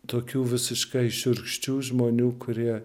tokių visiškai šiurkščių žmonių kurie